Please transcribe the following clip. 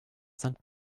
sankt